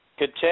Good